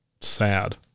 sad